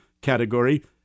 category